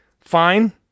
Fine